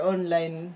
Online